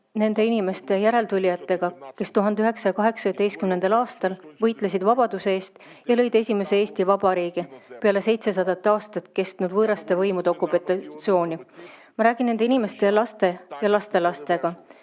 nende inimeste järeltulijatega, kes 1918. aastal võitlesid vabaduse eest ja lõid esimese Eesti Vabariigi peale 700 aastat kestnud võõraste võimude okupatsiooni. Ma räägin nende inimeste laste ja lastelastega,